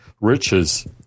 riches